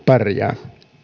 pärjää